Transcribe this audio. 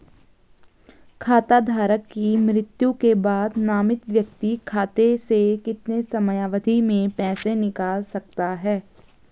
खाता धारक की मृत्यु के बाद नामित व्यक्ति खाते से कितने समयावधि में पैसे निकाल सकता है?